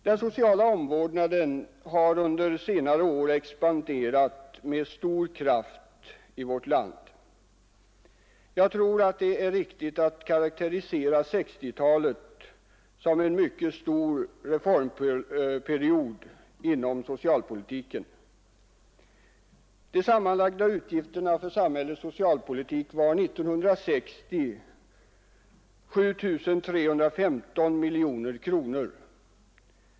Den sociala omvårdnaden har under senare år expanderat med stor kraft i vårt land. Jag tror att det är riktigt att karakterisera 1960-talet som en mycket stor reformperiod inom socialpolitiken. De sammanlagda utgifterna för samhällets socialpolitik var år 1960 7 350 miljoner kronor.